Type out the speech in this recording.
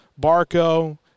Barco